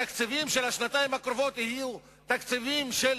התקציבים של השנתיים הקרובות יהיו תקציבים של